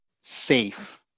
safe